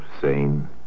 sane